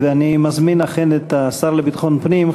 אני מזמין את השר לביטחון פנים,